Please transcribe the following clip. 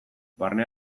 barne